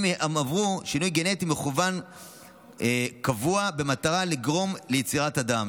אם הם עברו שינוי גנטי מכוון קבוע במטרה לגרום ליצירת אדם.